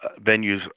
venues